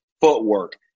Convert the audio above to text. footwork